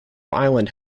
island